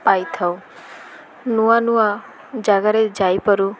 ପାଇଥାଉ ନୂଆ ନୂଆ ଜାଗାରେ ଯାଇପାରୁ